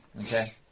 Okay